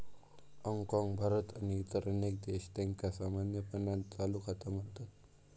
हाँगकाँग, भारत आणि इतर अनेक देश, त्यांका सामान्यपणान चालू खाता म्हणतत